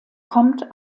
kommt